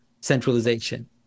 centralization